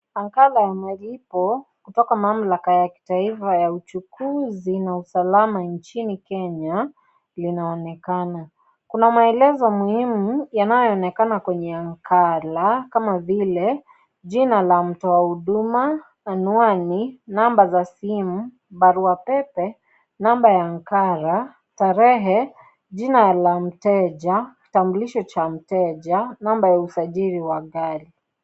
Nakala ya malipo kutoka mamlaka a kitaifa ya uchukuzi na usalama nchini Kenya linaonekana. Kuna maelezo muhimu yanayoonekana kwenye nakala kama vile, jina la mtoa huduma ,anwani, namba za simu, barua pepe, namba ya nakala, tarehe, jina ya mteja , kitambuisho cha mteja, namba ya usajili wa gari.